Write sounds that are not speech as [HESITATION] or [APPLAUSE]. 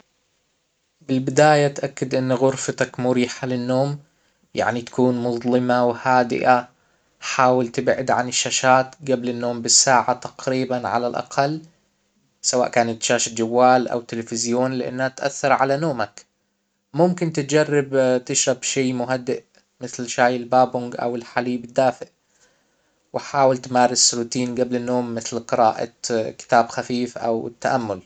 بالبداية تأكد ان غرفتك مريحة للنوم يعني تكون مظلمة وهادئة حاول تبعد عن الشاشات جبل النوم بالساعة تقريبا على الاقل سواء كانت شاشة جوال او تلفزيون لانها تأثر على نومك ممكن تجرب [HESITATION] تشرب شي مهدئ البابونج او الحليب الدافئ وحاول تمارس روتين قبل النوم مثل قراءة كتاب خفيف او التأمل